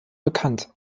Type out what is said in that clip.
bekannt